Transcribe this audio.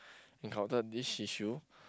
encountered this issue